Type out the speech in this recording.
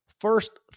first